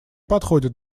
подходит